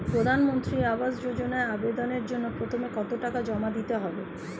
প্রধানমন্ত্রী আবাস যোজনায় আবেদনের জন্য প্রথমে কত টাকা জমা দিতে হবে?